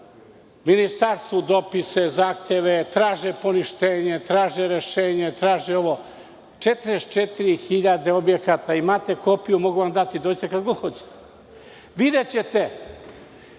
ministarstvu dopise, zahteve, traže poništenje, traže rešenje, 44.000 objekta. Imate kopiju, mogu vam dati. Dođite kad god hoćete. Direkcija